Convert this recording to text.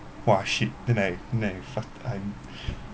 !wah! shit then I then I fuck I'm